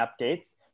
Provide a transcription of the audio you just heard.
updates